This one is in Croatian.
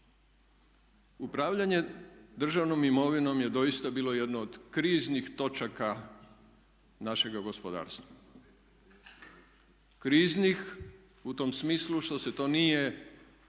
Upravljanje državnom imovinom je doista bilo jedno od kriznih točaka našega gospodarstva. Kriznih u tom smislu što se to nije